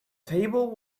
table